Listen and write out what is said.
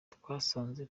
twasanze